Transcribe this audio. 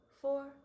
four